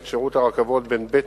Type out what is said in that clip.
שר התחבורה והבטיחות בדרכים ביום כ'